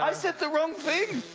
i said the wrong thing!